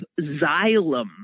xylem